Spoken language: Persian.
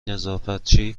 نظافتچی